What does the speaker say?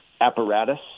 apparatus